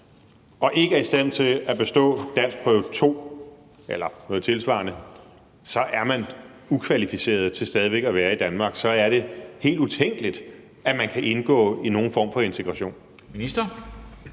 man ikke er i stand til at bestå danskprøve 2 eller noget tilsvarende, så er ukvalificeret til stadig væk at være i Danmark, og at det så er helt utænkeligt, at man kan indgå i nogen form for integration?